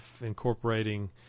incorporating